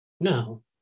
No